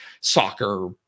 soccer